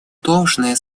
должное